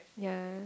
ya